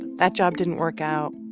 that job didn't work out.